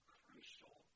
crucial